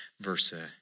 versa